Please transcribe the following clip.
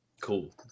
cool